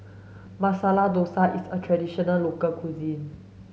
Masala Dosa is a traditional local cuisine